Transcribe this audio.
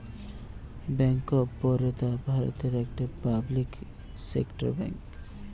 bank of Baroda ভারতের একটা public sector bank